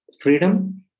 freedom